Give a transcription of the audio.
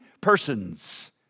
persons